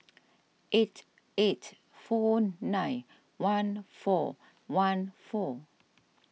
eight eight four nine one four one four